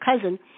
cousin